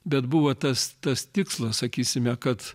bet buvo tas tas tikslas sakysime kad